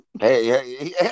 hey